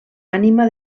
ànima